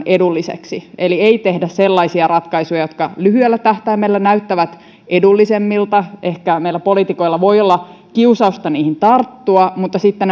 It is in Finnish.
edulliseksi eli ei tehdä sellaisia ratkaisuja jotka lyhyellä tähtäimellä näyttävät edullisemmilta ehkä meillä poliitikoilla voi olla kiusausta niihin tarttua mutta jotka sitten